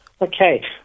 Okay